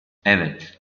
evet